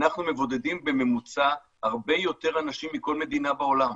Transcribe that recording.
אנחנו מבודדים בממוצע הרבה יותר אנשים מכל מדינה בעולם.